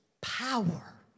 power